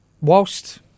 Whilst